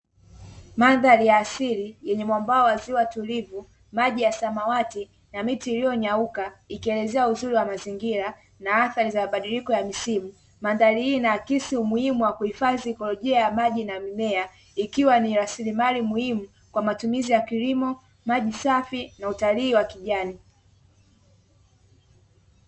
Mandhari ya asili yenye mwambao wa ziwa tulivu, maji ya samawati na miti iliyonyauka ikielezea uzuri wa mazingira na athari za mabadiliko ya msimu. Mandhari inaakisi umuhimu wa kuhifadhi ikolojia ya maji na mimea ikiwa ni rasilimali muhimu kwa matumizi ya kilimo, maji safi na utalii wa kijani.